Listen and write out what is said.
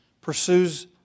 pursues